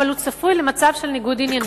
אבל הוא צפוי למצב של ניגוד עניינים.